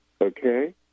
Okay